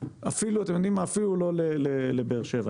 אפילו לא לבאר-שבע.